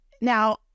Now